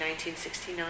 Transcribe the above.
1969